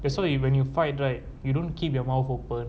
that's why when you fight right you don't keep your mouth open